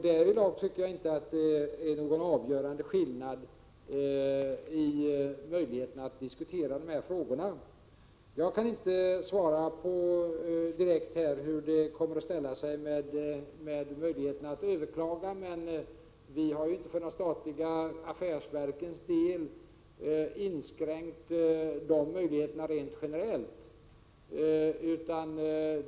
Därvidlag tycker jag inte att det föreligger någon avgörande skillnad vad gäller möjligheterna att diskutera] dessa frågor. Jag kan inte ge något direkt svar på frågan om hur det kommer att bli med möjligheterna att överklaga. För de statliga affärsverkens del har vi ju inte inskränkt de möjligheterna rent generellt.